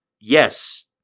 Yes